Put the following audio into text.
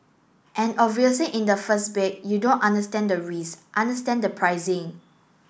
and obviously in the first bid you don't understand the risk understand the pricing